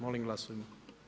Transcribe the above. Molim glasujmo.